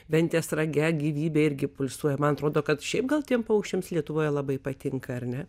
ventės rage gyvybė irgi pulsuoja man atrodo kad šiaip gal tiems paukščiams lietuvoje labai patinka ar ne